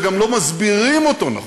וגם לא מסבירים אותו נכון.